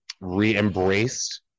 re-embraced